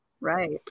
Right